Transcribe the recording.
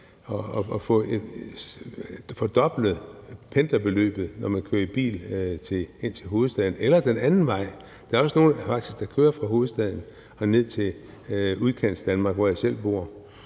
at få fordoblet pendlerbeløbet, når man kører i bil ind til hovedstaden eller den anden vej. Der er faktisk også nogle, der kører fra hovedstaden og ned til Udkantsdanmark, hvor jeg selv bor.